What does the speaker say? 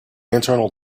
internal